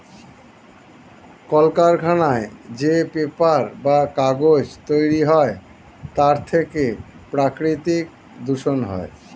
কলকারখানায় যে পেপার বা কাগজ তৈরি হয় তার থেকে প্রাকৃতিক দূষণ হয়